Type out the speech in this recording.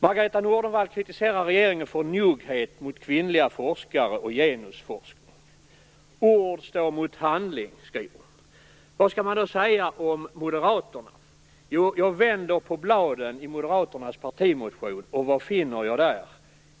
Margareta Nordenvall kritiserar regeringen för njugghet mot kvinnliga forskare och genusforskning. Ord står mot handling, skriver hon. Vad skall man då säga om Moderaterna? Jo, jag vänder på bladen i Moderaternas partimotion, och vad finner jag där?